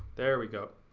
there we go.